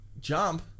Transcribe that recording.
jump